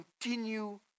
continue